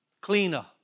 cleaner